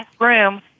room